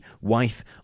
wife